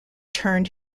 turned